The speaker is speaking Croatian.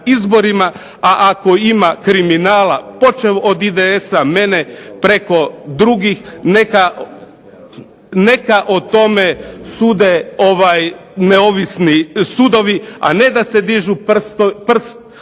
a ako ima kriminala počev od IDS, mene preko drugih neka o tome sude neovisni sudove, a ne da se diže prst